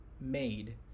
made